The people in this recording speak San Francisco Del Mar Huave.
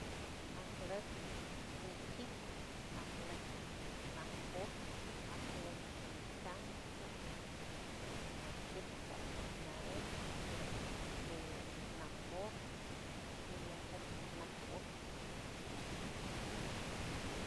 Aj lojk ni kit aj lojk nat poos aj loojk nikansa ajloj ñaqueita ajloj naraasha najloj queste nambo y aloj najpos